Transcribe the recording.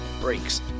brakes